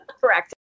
Correct